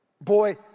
Boy